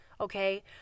Okay